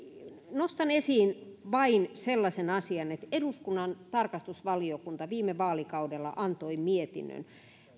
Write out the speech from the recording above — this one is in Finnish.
nostan esiin vain sellaisen asian että eduskunnan tarkastusvaliokunta viime vaalikaudella antoi mietinnön